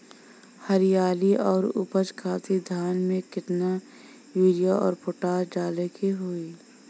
हरियाली और उपज खातिर धान में केतना यूरिया और पोटाश डाले के होई?